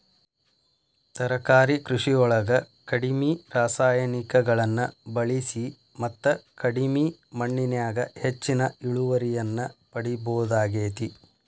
ತರಕಾರಿ ಕೃಷಿಯೊಳಗ ಕಡಿಮಿ ರಾಸಾಯನಿಕಗಳನ್ನ ಬಳಿಸಿ ಮತ್ತ ಕಡಿಮಿ ಮಣ್ಣಿನ್ಯಾಗ ಹೆಚ್ಚಿನ ಇಳುವರಿಯನ್ನ ಪಡಿಬೋದಾಗೇತಿ